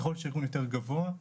ככול ש- -יותר גבוה,